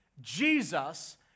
Jesus